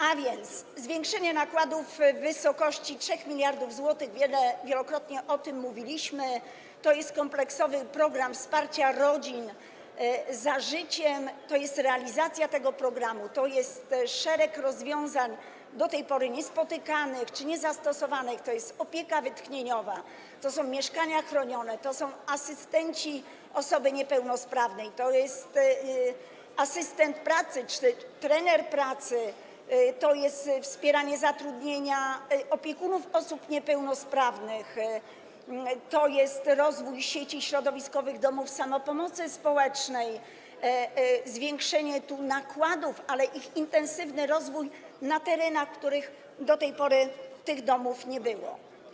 A więc zwiększenie nakładów w wysokości 3 mld zł - wielokrotnie o tym mówiliśmy - to jest kompleksowy program wsparcia dla rodzin „Za życiem”, to jest realizacja tego programu, to jest szereg rozwiązań do tej pory niespotykanych czy niezastosowanych, to jest opieka wytchnieniowa, to są mieszkania chronione, to są asystenci osoby niepełnosprawnej, to jest asystent pracy czy trener pracy, to jest wspieranie zatrudnienia opiekunów osób niepełnosprawnych, to jest rozwój sieci środowiskowych domów samopomocy społecznej, zwiększenie tu nakładów, ich intensywny rozwój na terenach, na których do tej pory tych domów nie było.